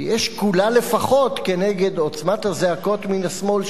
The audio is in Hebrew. תהיה שקולה לפחות כנגד עוצמת הזעקות מן השמאל,